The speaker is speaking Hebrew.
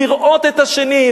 לראות את השני.